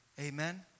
Amen